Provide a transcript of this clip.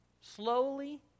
slowly